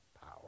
power